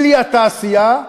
בלי התעשייה,